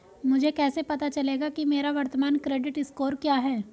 मुझे कैसे पता चलेगा कि मेरा वर्तमान क्रेडिट स्कोर क्या है?